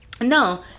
No